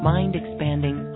Mind-expanding